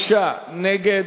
33 נגד,